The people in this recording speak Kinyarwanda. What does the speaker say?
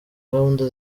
gahunda